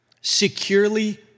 securely